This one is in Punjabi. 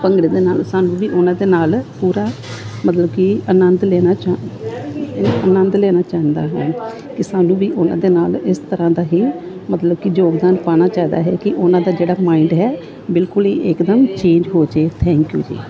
ਭੰਗੜੇ ਦੇ ਨਾਲ ਸਾਨੂੰ ਵੀ ਉਹਨਾਂ ਦੇ ਨਾਲ ਪੂਰਾ ਮਤਲਬ ਕਿ ਅਨੰਤ ਲੈਣਾ ਚਾ ਆਨੰਦ ਲੈਣਾ ਚਾਹੁੰਦਾ ਹੈ ਕਿ ਸਾਨੂੰ ਵੀ ਉਹਨਾਂ ਦੇ ਨਾਲ ਇਸ ਤਰ੍ਹਾਂ ਦਾ ਹੀ ਮਤਲਬ ਕਿ ਯੋਗਦਾਨ ਪਾਉਣਾ ਜ਼ਿਆਦਾ ਹੈ ਕਿ ਉਹਨਾਂ ਦਾ ਜਿਹੜਾ ਮਾਇੰਡ ਹੈ ਬਿਲਕੁਲ ਹੀ ਇਕਦਮ ਚੇਂਜ ਹੋ ਜੇ ਥੈਂਕ ਯੂ ਜੀ